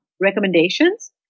recommendations